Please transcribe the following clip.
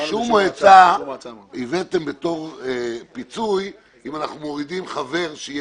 את אישור המועצה הבאתם כפיצוי אם אנחנו מורידים חבר.